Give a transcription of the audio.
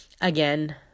Again